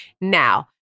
Now